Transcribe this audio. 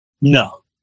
No